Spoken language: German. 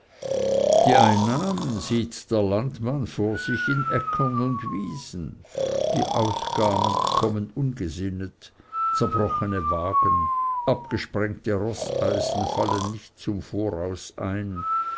die einnahmen sieht der landmann vor sich in äckern und wiesen die ausgaben kommen ungesinnet zerbrochene wagen abgesprengte roßeisen fallen nicht zum voraus ein